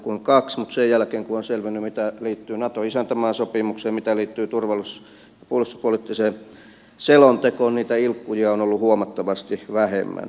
mutta sen jälkeen kun on selvinnyt mitä liittyy nato isäntämaasopimukseen mitä liittyy turvallisuus ja puolustuspoliittiseen selontekoon niitä ilkkujia on ollut huomattavasti vähemmän